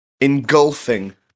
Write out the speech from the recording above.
engulfing